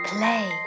Play